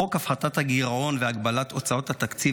חוק הפחתת הגירעון והגבלת הוצאות התקציב,